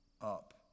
up